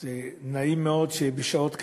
זה נעים מאוד שבשעות כאלה,